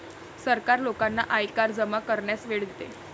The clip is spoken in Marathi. सरकार लोकांना आयकर जमा करण्यास वेळ देते